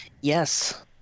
Yes